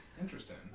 Interesting